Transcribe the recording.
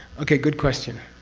okay, good question.